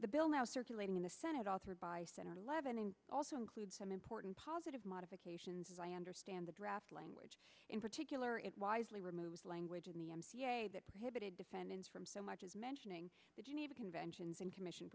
the bill now circulating in the senate authored by senator leavening also includes some important positive modifications as i understand the draft language in particular it wisely removes language in the m c a that prohibited defendants from so much as mentioning the geneva conventions and commission